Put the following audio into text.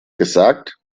gesagt